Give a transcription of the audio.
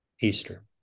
Easter